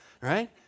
right